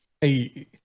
hey